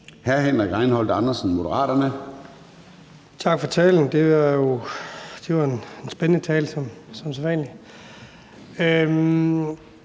23:43 Henrik Rejnholt Andersen (M): Tak for talen. Det var jo en spændende tale som sædvanlig.